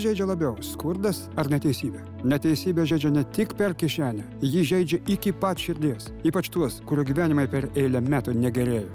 žeidžia labiau skurdas ar neteisybė neteisybė žeidžia ne tik per kišenę ji žeidžia iki pat širdies ypač tuos kurių gyvenimai per eilę metų negerėja